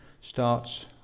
starts